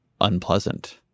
unpleasant